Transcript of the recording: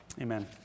Amen